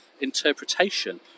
interpretation